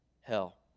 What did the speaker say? hell